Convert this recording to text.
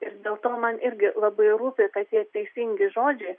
ir dėl to man irgi labai rūpi kad tie teisingi žodžiai